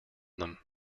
them